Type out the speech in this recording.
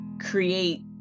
create